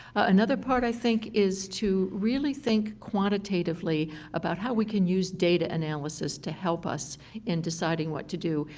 another part i think is to really think quantitatively about how we can use data analysis to help us in deciding what to do.